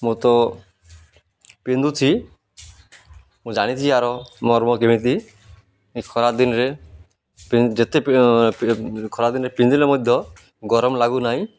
ମୁଁ ତ ପିନ୍ଧୁଛି ମୁଁ ଜାଣିଛି ଆର ମର୍ମ କେମିତି ଖରାଦିନରେ ଯେତେ ଖରାଦିନରେ ପିନ୍ଧିଲେ ମଧ୍ୟ ଗରମ ଲାଗୁନାହିଁ